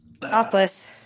Topless